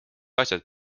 asjad